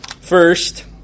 First